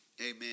Amen